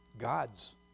God's